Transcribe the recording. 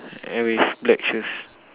and with black shoes